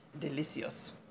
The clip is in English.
Delicious